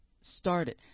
started